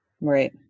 Right